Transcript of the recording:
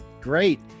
Great